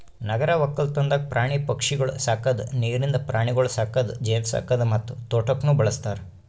ನಗರ ಒಕ್ಕಲ್ತನದಾಗ್ ಪ್ರಾಣಿ ಪಕ್ಷಿಗೊಳ್ ಸಾಕದ್, ನೀರಿಂದ ಪ್ರಾಣಿಗೊಳ್ ಸಾಕದ್, ಜೇನು ಸಾಕದ್ ಮತ್ತ ತೋಟಕ್ನ್ನೂ ಬಳ್ಸತಾರ್